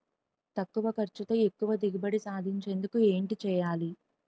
తక్కువ ఖర్చుతో ఎక్కువ దిగుబడి సాధించేందుకు ఏంటి చేయాలి?